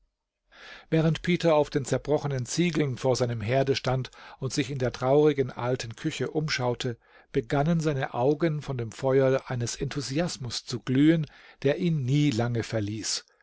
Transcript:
während peter auf den zerbrochenen ziegeln vor seinem herde stand und sich in der traurigen alten küche umschaute begannen seine augen von dem feuer eines enthusiasmus zu glühen der ihn nie lange verließ